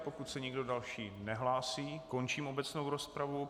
Pokud se nikdo další nehlásí, končím obecnou rozpravu.